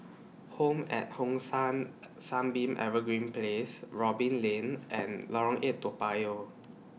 Home At Hong San Sunbeam Evergreen Place Robin Lane and Lorong eight Toa Payoh